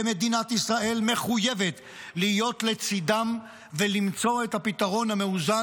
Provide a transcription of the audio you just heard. ומדינת ישראל מחויבת להיות לצידם ולמצוא את הפתרון המאוזן,